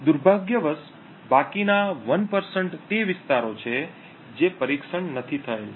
દુર્ભાગ્યવશ બાકીના 1 તે વિસ્તારો છે જે પરીક્ષણ નથી થયેલ